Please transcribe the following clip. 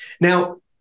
Now